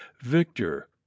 Victor